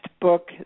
book